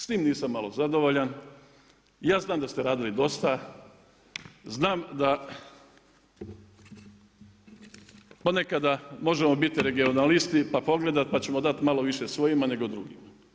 S time nisam malo zadovoljan, ja znam da ste radili dosta, znam da ponekada možemo biti regionalisti pa pogledati pa ćemo dati malo više svojima nego drugima.